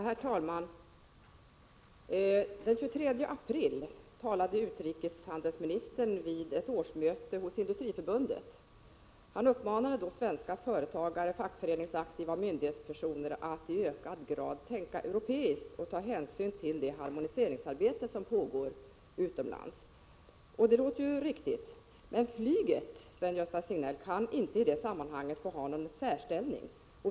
Herr talman! Den 23 april talade utrikeshandelsministern vid Industriförbundets årsmöte. Han uppmanade då svenska företagare, fackföreningsaktiva och myndighetspersoner att i högre grad tänka europeiskt och ta hänsyn till det harmoniseringsarbete som pågår utomlands. Det låter ju riktigt. Men flyget, Sven-Gösta Signell, kan i det sammanhanget inte få ha någon särställning.